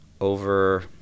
over